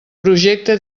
projecte